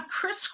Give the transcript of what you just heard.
Chris